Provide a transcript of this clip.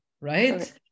right